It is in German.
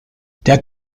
der